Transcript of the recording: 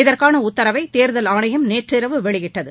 இதற்கான உத்தரவை தேர்தல் ஆணையம் நேற்றிரவு வெளியிட்டது